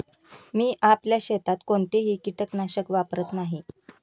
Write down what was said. मी आपल्या शेतात कोणतेही कीटकनाशक वापरत नाही